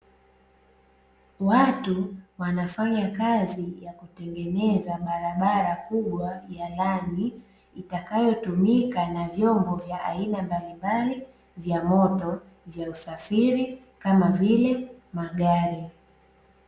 Watu wanafanya kazi ya kutengeneza barabara kubwa ya lami itakayotumika na vyombo vya aina mbalimbali vya moto vya usafiri kama vile magari.